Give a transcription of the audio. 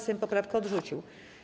Sejm poprawkę odrzucił.